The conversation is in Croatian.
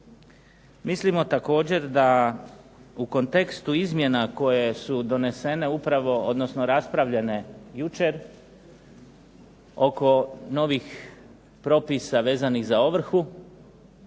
Mislimo također da u kontekstu izmjena koje su raspravljene jučer, oko novih propisa vezanih za ovrhu